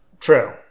True